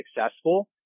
successful